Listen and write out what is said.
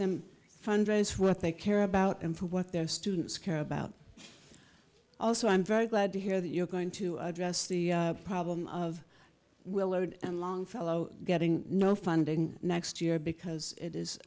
them fundraise for what they care about and for what their students care about also i'm very glad to hear that you're going to address the problem of will load and longfellow getting no funding next year because it is